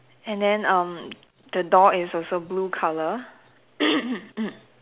and then um the door is also blue color